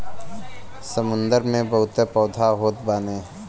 समुंदर में बहुते पौधा होत बाने